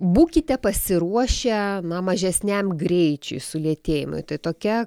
būkite pasiruošę na mažesniam greičiui sulėtėjimui tai tokia